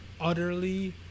utterly